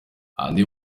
andi